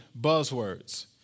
buzzwords